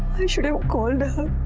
i should have called